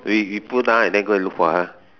we you put down and then go and look for her